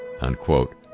unquote